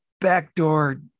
backdoor